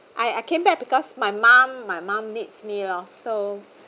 I I came back because my mum my mum needs me loh so